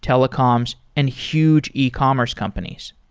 telecoms and huge ecommerce companies.